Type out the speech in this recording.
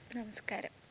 Namaskar